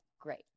great